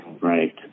right